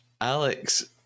Alex